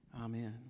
amen